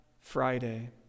Friday